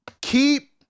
Keep